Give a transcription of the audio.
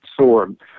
sword